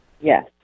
Yes